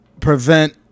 prevent